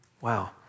Wow